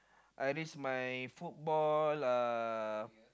I risk my football uh